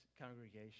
congregation